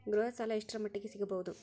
ಗೃಹ ಸಾಲ ಎಷ್ಟರ ಮಟ್ಟಿಗ ಸಿಗಬಹುದು?